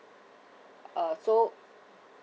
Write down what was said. uh so